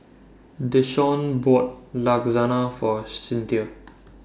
Desean bought Lasagna For Cinthia